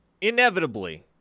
Inevitably